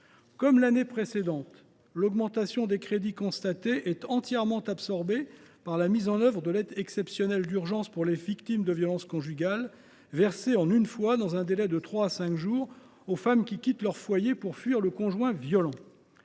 Comme l’année précédente, l’augmentation des crédits constatée est entièrement absorbée par la mise en œuvre de l’aide exceptionnelle d’urgence pour les victimes de violences conjugales, versée en une fois dans un délai de trois à cinq jours aux femmes qui quittent leur foyer pour fuir leur conjoint violent.